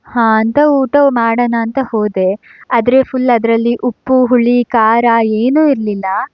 ಹಾಂ ಅಂತ ಊಟ ಮಾಡಣ ಅಂತ ಹೋದೆ ಆದರೆ ಫುಲ್ ಅದರಲ್ಲಿ ಉಪ್ಪು ಹುಳಿ ಖಾರ ಏನೂ ಇರಲಿಲ್ಲ